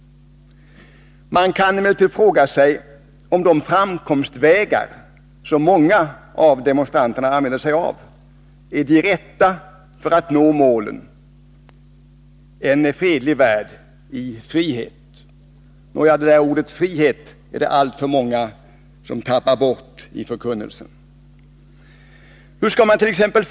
Man kan emellertid fråga sig om de framkomstvägar som många av demonstranterna använder sig av är de rätta för att nå målet, en fredlig värld i frihet. Nåja, ordet frihet är det alltför många som tappat bort i förkunnelsen. Hur skall mant.ex.